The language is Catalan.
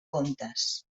comptes